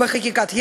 בחקיקת יתר,